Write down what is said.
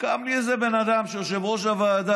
וקם לי איזה בן אדם שהוא יושב-ראש הוועדה,